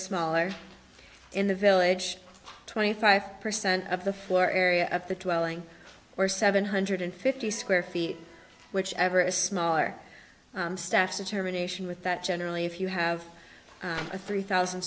smaller in the village twenty five percent of the floor area of the two elling or seven hundred fifty square feet whichever is smaller staffs determination with that generally if you have a three thousand